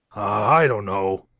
i don't know.